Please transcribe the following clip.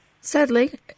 Sadly